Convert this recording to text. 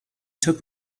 took